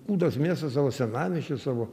kūdas miestas savo senamiesčiu savo